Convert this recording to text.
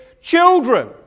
children